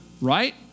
right